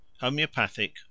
Homeopathic